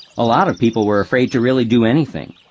a lot of people were afraid to really do anything.